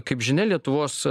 kaip žinia lietuvos